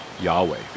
Yahweh